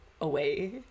away